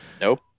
nope